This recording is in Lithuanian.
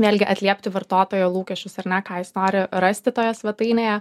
vėlgi atliepti vartotojo lūkesčius ar ne ką jis nori rasti toje svetainėje